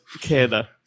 Canada